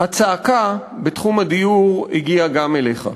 הצעקה בתחום הדיור הגיעה גם אליך.